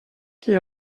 qui